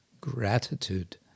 gratitude